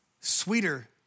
Sweeter